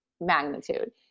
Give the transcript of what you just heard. magnitude